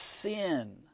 sin